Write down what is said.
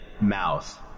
mouth